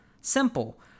simple